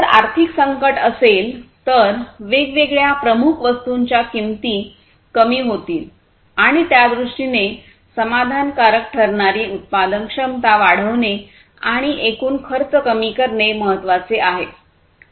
जर आर्थिक संकट असेल तर वेगवेगळ्या प्रमुख वस्तूंच्या किंमती कमी होतील आणि त्यादृष्टीने समाधानकारक ठरणारी उत्पादनक्षमता वाढविणे आणि एकूण खर्च कमी करणे महत्वाचे आहे